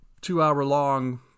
two-hour-long